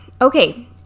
Okay